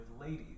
ladies